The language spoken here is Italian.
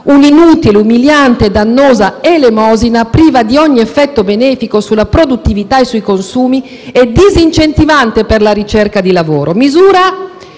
un'inutile, umiliante, dannosa elemosina, priva di ogni effetto benefico sulla produttività e sui consumi e disincentivante per la ricerca di lavoro; misura